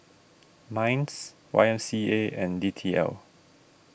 Minds Y M C A and D T L